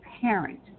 parent